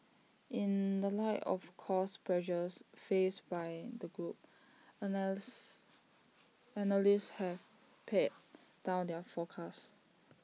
in the light of cost pressures faced by the group analysts have pared down their forecasts